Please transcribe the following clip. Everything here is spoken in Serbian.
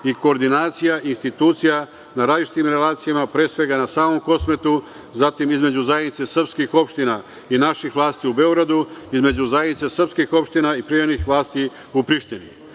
i koordinacija institucija na različitim relacijama, a pre svega na samom Kosmetu, zatim između zajednice srpskih opština i naših vlasti u Beogradu i između zajednice srpskih opština i privremenih vlasti u Prištini? Pod